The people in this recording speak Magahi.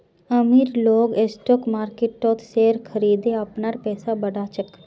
अमीर लोग स्टॉक मार्किटत शेयर खरिदे अपनार पैसा बढ़ा छेक